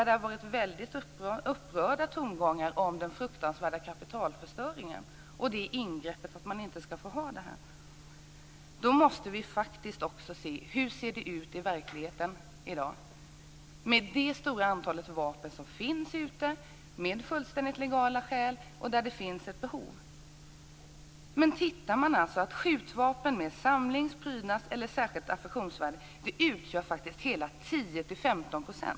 Det har varit väldigt upprörda tongångar om den fruktansvärda kapitalförstöringen och om det ingrepp det innebär att man inte ska få ha dessa vapen. Men vi måste ju se till hur det ser ut i verkligheten i dag, med det stora antal vapen som finns ute med fullständigt legala skäl och där det finns ett behov. Skjutvapen med samlings-, prydnads eller särskilt affektionsvärde utgör faktiskt hela 10-15 %.